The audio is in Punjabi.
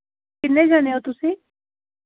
ਕਿੰਨੇ ਜਾਣੇ ਹੋ ਤੁਸੀਂ